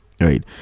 right